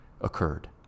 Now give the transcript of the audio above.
occurred